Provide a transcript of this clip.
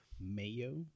Mayo